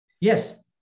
yes